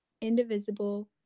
indivisible